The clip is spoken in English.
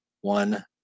one